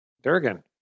Durgan